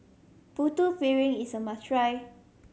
Putu Piring is a must try